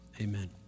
Amen